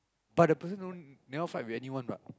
but the person don't never fight with anyone what